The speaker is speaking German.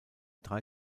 drei